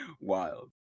Wild